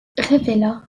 révéla